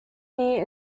near